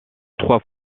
trois